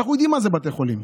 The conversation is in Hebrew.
אנחנו יודעים מה זה בתי חולים,